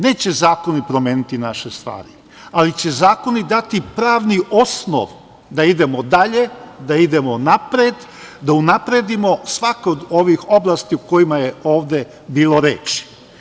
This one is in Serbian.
Neće zakoni promeniti naše stvari, ali će zakoni dati pravni osnov da idemo dalje, da idemo napred, da unapredimo svaku od ovih oblasti o kojima je ovde bilo reči.